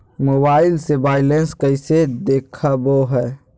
Mobile से balance कैसे देखाबो है?